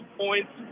points